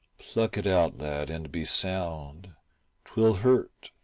pluck it out, lad, and be sound twill hurt,